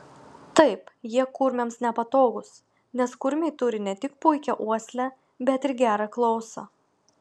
taip jie kurmiams nepatogūs nes kurmiai turi ne tik puikią uoslę bet ir gerą klausą